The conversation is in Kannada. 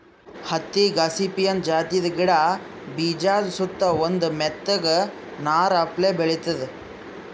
ಹತ್ತಿ ಗಾಸಿಪಿಯನ್ ಜಾತಿದ್ ಗಿಡದ ಬೀಜಾದ ಸುತ್ತಾ ಒಂದ್ ಮೆತ್ತಗ್ ನಾರ್ ಅಪ್ಲೆ ಬೆಳಿತದ್